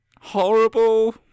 horrible